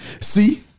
See